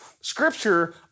scripture